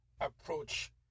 approach